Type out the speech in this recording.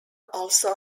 also